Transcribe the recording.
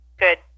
Good